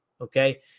Okay